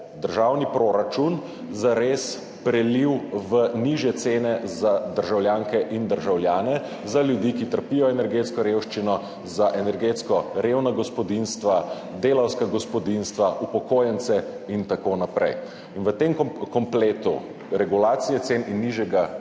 državni proračun zares prelil v nižje cene za državljanke in državljane, za ljudi, ki trpijo energetsko revščino, za energetsko revna gospodinjstva, delavska gospodinjstva, upokojence in tako naprej. In v tem kompletu regulacije cen in nižjega